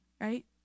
right